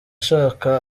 chaka